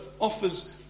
offers